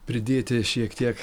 pridėti šiek tiek